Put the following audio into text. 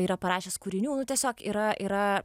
yra parašęs kūrinių nu tiesiog yra yra